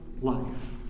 life